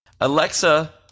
Alexa